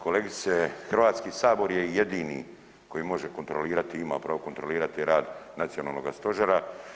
Kolegice Hrvatski sabor je jedini koji može kontrolirati, ima pravo kontrolirati rad Nacionalnoga stožera.